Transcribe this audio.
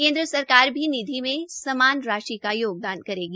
केन्द्र सरकार भी निधि में समान राशि का योगदान करेगी